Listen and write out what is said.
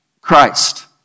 Christ